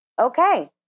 okay